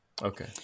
Okay